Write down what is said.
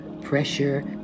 pressure